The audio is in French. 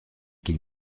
qu’il